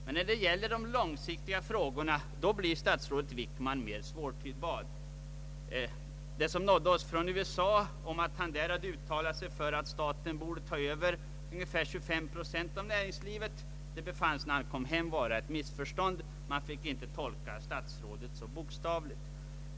Men när det gäller långsiktiga frågor blir statsrådet Wickman mer svårtydbar — det som nådde oss från USA om att han där uttalat sig för att staten borde ta över 25 procent av näringslivet befanns, när han kom hem, vara ett missförstånd. Vi fick inte tolka statsrådet så bokstavligt.